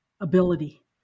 ability